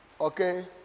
Okay